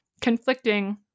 conflicting